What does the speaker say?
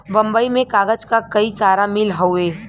बम्बई में कागज क कई सारा मिल हउवे